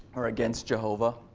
or against jehovah.